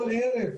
כל ערב,